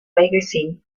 legacy